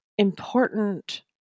important